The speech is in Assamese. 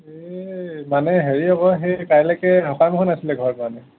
এই মানে হেৰি আকৌ সেই কাইলৈকে সকাম এখন আছিলে ঘৰত মানে